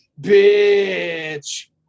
bitch